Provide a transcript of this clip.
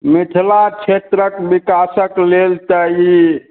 मिथिला क्षेत्रक विकासक लेल तऽ ई